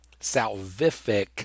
salvific